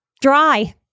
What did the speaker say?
dry